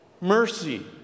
mercy